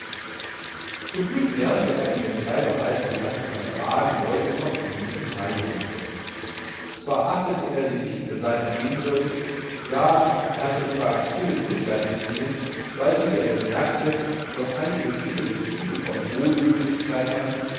zum glück lernte er in den drei bereits genannten kameraden leute von ähnlichen neigungen kennen zwar achtete er sie nicht für seiner ebenbürtig ja er hatte sogar ein stilles mitleid mit ihnen weil sie wie er bemerkte noch einige biedere züge von wohllöblichkeit hatten